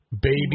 baby